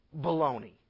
baloney